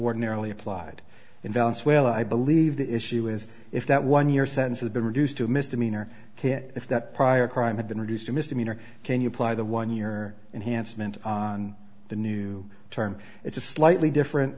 ordinarily applied envelops well i believe the issue is if that one year sentence has been reduced to a misdemeanor kit if that prior crime had been reduced a misdemeanor can you apply the one year enhanced meant on the new term it's a slightly different